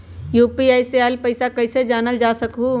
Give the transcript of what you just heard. UPI से आईल पैसा कईसे जानल जा सकहु?